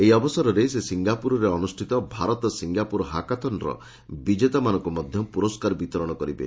ଏହି ଅବସରରେ ସେ ସିଙ୍ଗାପୁରରେ ଅନୁଷ୍ଠିତ ଭାରତ ସିଙ୍ଗାପୁର ହାକାଥନର ବିଜେତାମାନଙ୍କୁ ମଧ୍ୟ ପୁରସ୍କାର ବିତରଣ କରିବେ